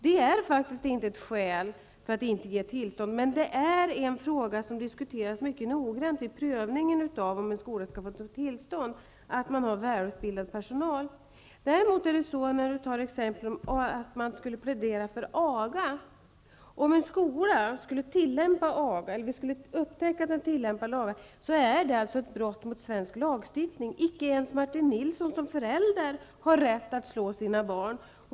Det är faktiskt inte ett skäl att inte ge tillstånd, men frågan om man har välutbildad personal är en fråga som diskuteras mycket noggrant vid prövningen av om en skola skall få tillstånd. Martin Nilsson anförde också exemplet att man pläderar för aga. Om en skola skulle tillämpa aga är det ett brott mot svensk lagstiftning. Icke ens Martin Nilsson som förälder har rätt att slå sina barn.